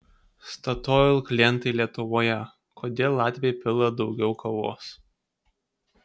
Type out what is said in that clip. statoil klientai lietuvoje kodėl latviai pila daugiau kavos